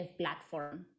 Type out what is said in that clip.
platform